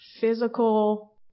physical